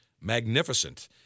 magnificent